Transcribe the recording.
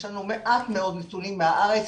יש לנו מעט מאוד נתונים מהארץ,